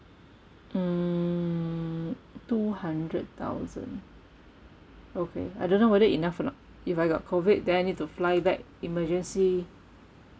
mm two hundred thousand okay I don't know whether enough or not if I got COVID then I need to fly back emergency